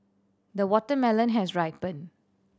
the watermelon has ripen